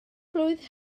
blwydd